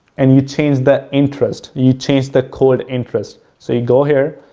and you change the interest, you change the code interest. so, you go here,